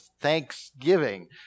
Thanksgiving